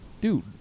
dude